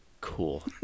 cool